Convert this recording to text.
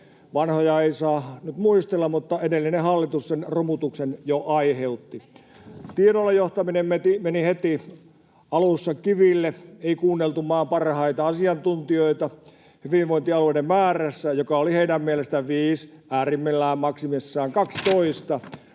Vanhoja ei saa muistella, mutta edellinen hallitus sen romutuksen aiheutti ja teki ihan itse. Tiedolla johtaminen meni heti uudistuksen alussa kiville. Ei kuunneltu maan parhaita asiantuntijoita hyvinvointialueiden määrässä, joka oli heidän mielestään viisi ja äärimmäinen maksimi 12,